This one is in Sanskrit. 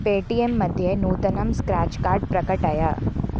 पे टी एम् मध्ये नूतनं स्क्रेच् कार्ड् प्रकटय